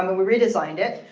um but we redesigned it.